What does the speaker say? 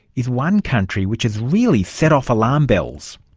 is one country which has really set off alarm bells.